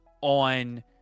on